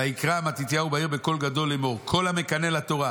ויקרא מתתיהו בעיר בקול גדול לאמור כל המקנא לתורה